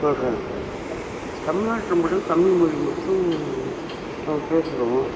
சொல்கிறாங்க தமிழ்நாட்டில் மட்டும் தமிழ் மொழி மட்டும் நம்ம பேசுகிறோம்